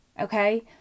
Okay